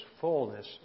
fullness